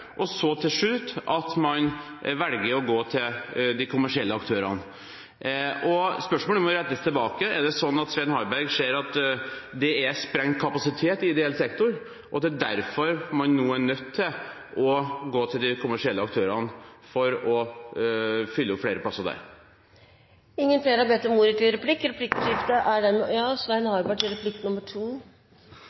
og så til slutt går til de kommersielle aktørene. Spørsmålet må rettes tilbake: Er det sånn at Svein Harberg ser at det er sprengt kapasitet i ideell sektor, og at det er derfor man nå er nødt til å gå til de kommersielle aktørene for å fylle opp flere plasser der? Da vil jeg gjerne følge opp, siden jeg ikke fikk svar på spørsmålet mitt: Hvordan vil Grande og Arbeiderpartiet sikre at vi får et tilbud til